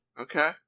Okay